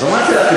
אז אמרתי לך,